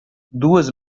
duas